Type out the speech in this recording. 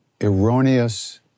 erroneous